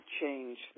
change